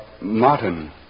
Martin